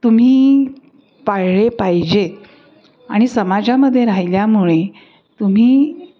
तुम्ही पाळले पाहिजेत आणि समाजामध्ये राहिल्यामुळे तुम्ही